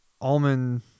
almond